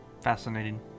Fascinating